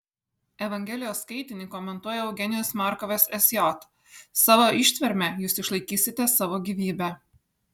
evangelijos skaitinį komentuoja eugenijus markovas sj savo ištverme jūs išlaikysite savo gyvybę